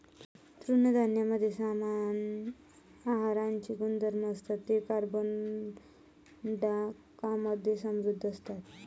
तृणधान्यांमध्ये समान आहाराचे गुणधर्म असतात, ते कर्बोदकांमधे समृद्ध असतात